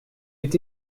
est